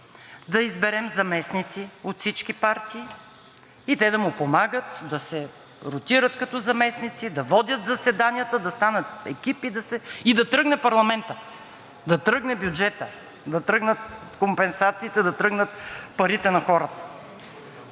да изберем заместници от всички партии и те да му помагат, да се ротират като заместници, да водят заседанията, да станат екип и да тръгне парламентът, да тръгне бюджетът, да тръгнат компенсациите, да тръгнат парите на хората.